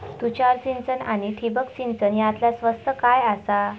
तुषार सिंचन आनी ठिबक सिंचन यातला स्वस्त काय आसा?